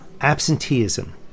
Absenteeism